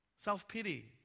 Self-pity